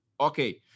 Okay